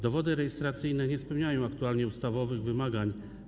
Dowody rejestracyjne nie spełniają aktualnie ustawowych wymagań.